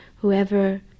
whoever